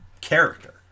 character